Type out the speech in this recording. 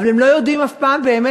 אבל הן לא יודעות אף פעם מראש,